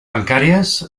bancàries